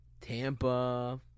Tampa